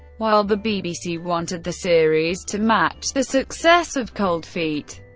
while the bbc wanted the series to match the success of cold feet,